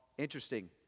Interesting